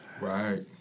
Right